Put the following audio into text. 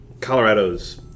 Colorado's